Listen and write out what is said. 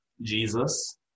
Jesus